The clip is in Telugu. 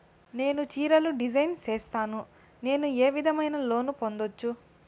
నేను చీరలు డిజైన్ సేస్తాను, నేను ఏ విధమైన లోను పొందొచ్చు